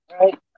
right